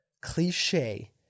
cliche